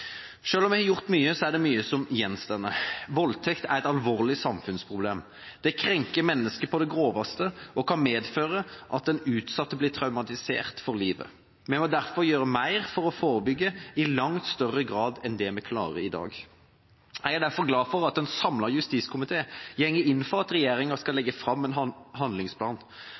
om vi har gjort mye, er det mye som gjenstår. Voldtekt er et alvorlig samfunnsproblem. Det krenker mennesket på det groveste og kan medføre at den utsatte blir traumatisert for livet. Vi må derfor forebygge i langt større grad enn det vi klarer i dag. Jeg er derfor glad for at en samlet justiskomité går inn for at regjeringa skal legge fram en ny handlingsplan,